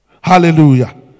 Hallelujah